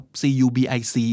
cubic